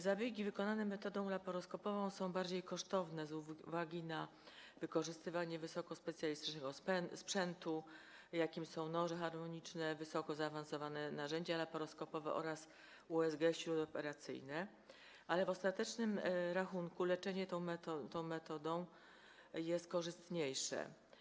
Zabiegi wykonane metodą laparoskopową są bardziej kosztowne z uwagi na wykorzystywanie wysokospecjalistycznego sprzętu, jakim są noże harmoniczne, wysoko zaawansowane narzędzia laparoskopowe oraz USG śródoperacyjne, ale w ostatecznym rachunku leczenie tą metodą jest korzystniejsze.